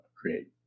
create